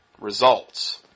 results